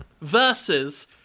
Versus